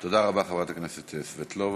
תודה רבה, חברת הכנסת סבטלובה.